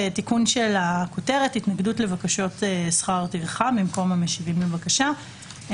תיקון הכותרת התנגדות לבקשות טרחה במקום המשיבים לבקשה.